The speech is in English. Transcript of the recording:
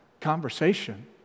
conversation